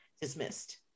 dismissed